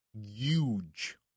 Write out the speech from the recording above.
Huge